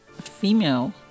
female